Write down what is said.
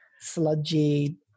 sludgy